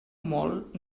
molt